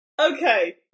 Okay